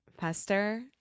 faster